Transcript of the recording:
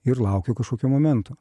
ir laukiu kažkokio momento